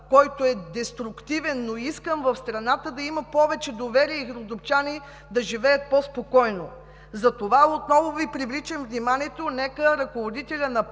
които са деструктивни, но искам в страната да има повече доверие и родопчани да живеят по-спокойно. Затова отново Ви привличам вниманието – нека ръководителят на